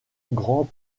grands